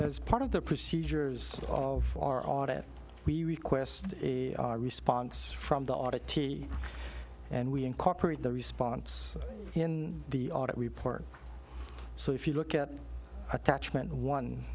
as part of the procedures of our audit we request a response from the audit t and we incorporate the response in the audit report so if you look at attachment one